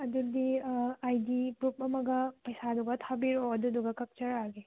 ꯑꯗꯨꯗꯤ I D proof ꯑꯃꯒ ꯄꯩꯁꯥꯗꯨꯒ ꯊꯕꯤꯔꯛꯑꯣ ꯑꯗꯨꯗꯨꯒ ꯀꯥꯛꯆꯔꯛꯑꯒꯦ